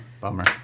bummer